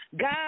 God